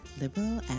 Liberal